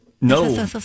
No